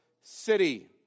city